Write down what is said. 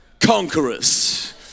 conquerors